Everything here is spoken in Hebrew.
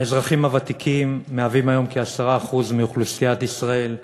האזרחים הוותיקים מהווים כיום כ-10% מאוכלוסיית ישראל.